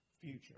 future